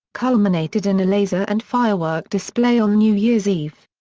culminated in a laser and firework display on new year's eve.